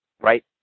right